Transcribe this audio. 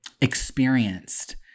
experienced